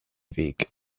weg